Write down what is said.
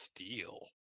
steel